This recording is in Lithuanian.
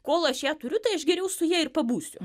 kol aš ją turiu tai aš geriau su ja ir pabūsiu